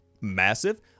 massive